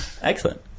excellent